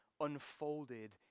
unfolded